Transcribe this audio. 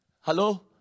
Hello